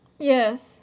Yes